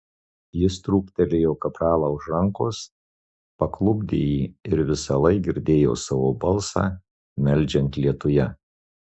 jis trūktelėjo kapralą už rankos paklupdė jį ir visąlaik girdėjo savo balsą meldžiant lietuje